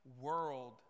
world